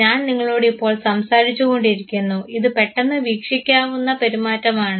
ഞാൻ നിങ്ങളോട് ഇപ്പോൾ സംസാരിച്ചുകൊണ്ടിരിക്കുന്നു ഇത് പെട്ടെന്ന് വീക്ഷിക്കാനാവുന്ന പെരുമാറ്റമാണ്